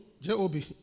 Job